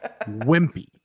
wimpy